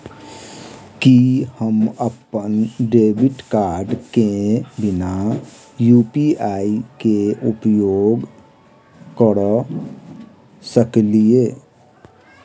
की हम अप्पन debit card केँ बिना यु.पी.आई केँ उपयोग करऽ सकलिये?